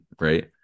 right